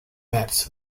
maps